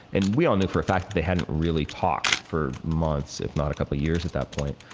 and we all knew for a fact that they hadn't really talked for months, if not a couple of years at that point,